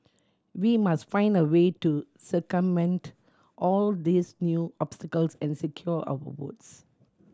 we must find a way to circumvent all these new obstacles and secure our votes